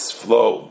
flow